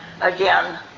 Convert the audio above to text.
again